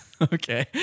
Okay